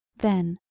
then,